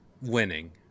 winning